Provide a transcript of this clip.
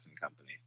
company